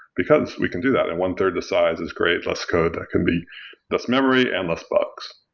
because we can do that, and one-third the size is great, less code, that can be less memory and less bugs.